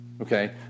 okay